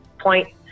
point